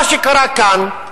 מה שקרה כאן,